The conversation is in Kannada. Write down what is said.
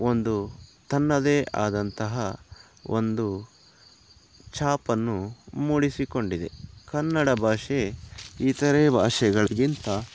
ಒಂದು ತನ್ನದೇ ಆದಂತಹ ಒಂದು ಛಾಪನ್ನು ಮೂಡಿಸಿಕೊಂಡಿದೆ ಕನ್ನಡ ಭಾಷೆ ಇತರೆ ಭಾಷೆಗಳಿಗಿಂತ